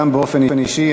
גם באופן אישי,